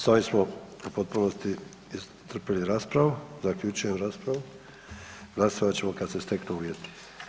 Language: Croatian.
S ovim smo u potpunosti iscrpili raspravu, zaključujem raspravu, glasovat ćemo kad se steknu uvjeti.